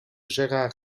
gérard